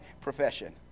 profession